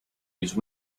use